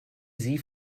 sie